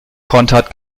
kontert